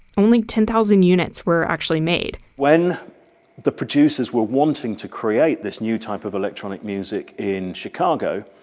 only ten thousand units were actually made. when the producers were wanting to create this new type of electronic music in chicago,